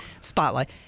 spotlight